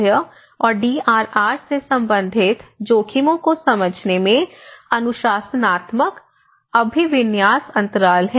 स्वास्थ्य और डीआरआर से संबंधित जोखिमों को समझने में अनुशासनात्मक अभिविन्यास अंतराल है